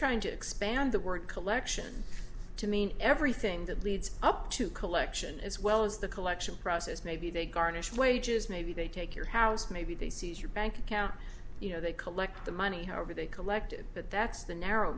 trying to expand the word collection to mean everything that leads up to collection as well as the collection process maybe they garnish wages maybe they take your house maybe they seize your bank account you know they collect the money however they collect it but that's the narrow